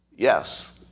Yes